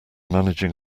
managing